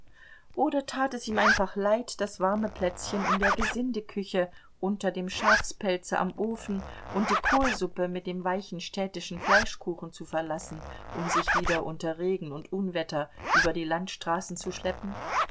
oder tat es ihm einfach leid das warme plätzchen in der gesindeküche unter dem schafspelze am ofen und die kohlsuppe mit dem weichen städtischen fleischkuchen zu verlassen um sich wieder unter regen und unwetter über die landstraßen zu schleppen